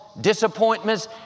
disappointments